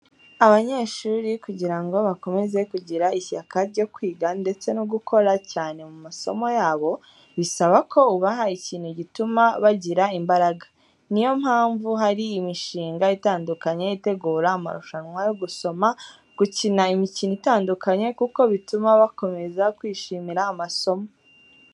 Abanyeshuri kugira ngo bakomeze kugira ishyaka ryo kwiga ndetse no gukora cyane mu masomo yabo, bisaba ko ubaha ikintu gituma bagira imbaraga. Ni yo mpamvu hari imishinga itandukanye itegura amarushanwa yo gusoma, gukina imikino itandukanye kuko bituma bakomeza kwishimira amasomo.